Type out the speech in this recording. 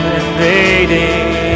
invading